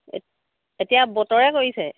এত এতিয়া বতৰে কৰিছে